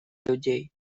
людей